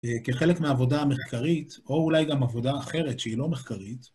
כחלק מהעבודה המחקרית, או אולי גם עבודה אחרת שהיא לא מחקרית...